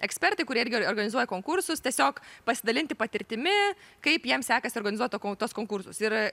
ekspertai kurie irgi organizuoja konkursus tiesiog pasidalinti patirtimi kaip jiem sekasi organizuot to kon tuos konkursus ir